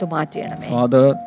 Father